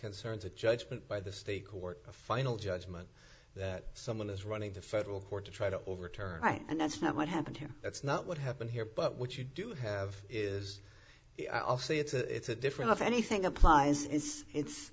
concerns a judgment by the state court a final judgment that someone is running to federal court to try to overturn right and that's not what happened here that's not what happened here but what you do have is i'll say it's a different if anything applies is it's